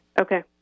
Okay